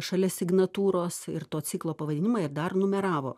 šalia signatūros ir to ciklo pavadinimą ir dar numeravo